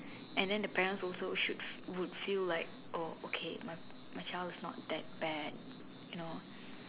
and then the parents also should would feel like oh okay my my child is not that bad you know